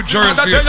Jersey